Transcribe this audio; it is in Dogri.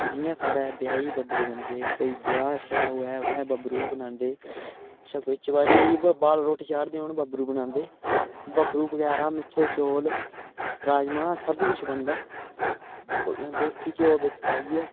जियां साढ़ै ब्याह् गी बबरू बनदे कोई ब्याह् श्याह् होऐ उत्थें बबरू बनांदे चब'री गी बाल रुट्ट चाढ़दे हून बबरू बनांदे बबरू बगैरा मिट्ठे चौल राज़मा सब कुछ बनदा देसी घ्यौ बिच्च पाइयै